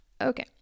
Okay